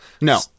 No